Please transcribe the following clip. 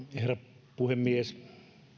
herra puhemies